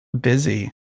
busy